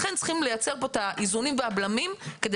לכן צריך לייצר כאן את האיזונים והבלמים כדי